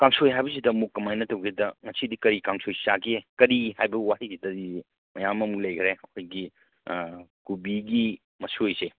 ꯀꯥꯡꯁꯣꯏ ꯍꯥꯏꯕꯁꯤꯗ ꯑꯃꯨꯛ ꯀꯃꯥꯏꯅ ꯇꯧꯒꯦꯗ ꯉꯁꯤꯗꯤ ꯀꯔꯤ ꯀꯥꯡꯁꯣꯏ ꯆꯥꯒꯦ ꯀꯔꯤ ꯍꯥꯏꯕ ꯋꯥꯍꯩꯁꯤꯗꯗꯤ ꯃꯌꯥꯝ ꯑꯃꯨꯛ ꯂꯩꯒ꯭ꯔꯦ ꯑꯩꯈꯣꯏꯒꯤ ꯀꯣꯕꯤꯒꯤ ꯃꯁꯣꯏꯁꯦ